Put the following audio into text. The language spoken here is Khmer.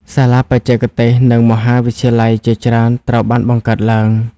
សាលាបច្ចេកទេស និងមហាវិទ្យាល័យជាច្រើនត្រូវបានបង្កើតឡើង។